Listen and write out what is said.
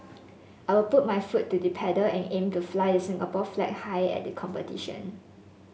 I will put my foot to the pedal and aim to fly the Singapore flag high at the competition